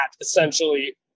essentially